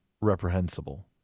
reprehensible